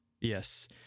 Yes